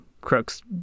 crooks